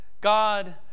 God